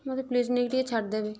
ମତେ ପ୍ଲିଜେ ନେଇକି ଟିକେ ଛାଡ଼ ଦେବେ